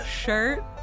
shirt